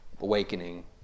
awakening